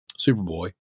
Superboy